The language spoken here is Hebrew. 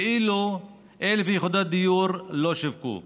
ואילו 1,000 יחידות דיור לא שווקו.